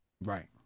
Right